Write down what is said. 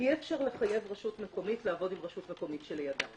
אי אפשר לחייב רשות מקומית לעבוד עם רשות מקומית שלידה.